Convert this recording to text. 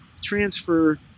transfer